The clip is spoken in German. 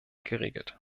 geregelt